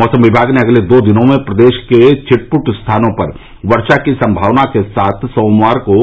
मौसम विभाग ने अगले दो दिनों में प्रदेश के छिटपुट स्थानों पर वर्षा की संभावना के साथ सोमवार को